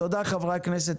תודה, חברי הכנסת.